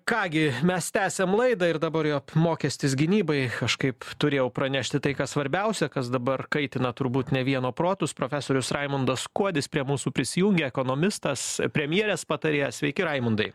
ką gi mes tęsiam laidą ir dabar jau mokestis gynybai kažkaip turėjau pranešti tai kas svarbiausia kas dabar kaitina turbūt ne vieno protus profesorius raimundas kuodis prie mūsų prisijungia ekonomistas premjerės patarėjas sveiki raimundai